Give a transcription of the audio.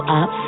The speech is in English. up